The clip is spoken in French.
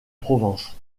provence